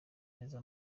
neza